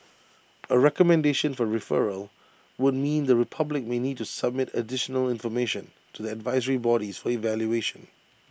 A recommendation for referral would mean the republic may need to submit additional information to the advisory bodies for evaluation